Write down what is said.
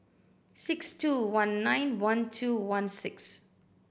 six two one nine one two one six